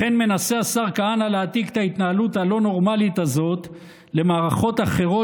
לכן מנסה השר כהנא להעתיק את ההתנהלות הלא-נורמלית הזאת למערכות אחרות,